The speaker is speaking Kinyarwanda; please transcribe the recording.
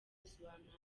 bisobanurwa